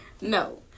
No